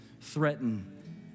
threaten